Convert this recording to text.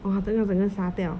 !wah! then 我整个傻掉